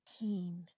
pain